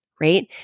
right